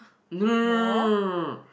no no no no no no